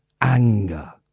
anger